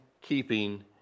keeping